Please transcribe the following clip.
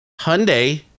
Hyundai